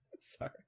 sorry